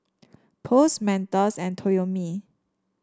Post Mentos and Toyomi